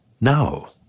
Now